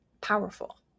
powerful